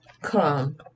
come